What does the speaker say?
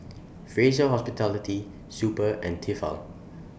Fraser Hospitality Super and Tefal